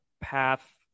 path